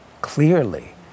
clearly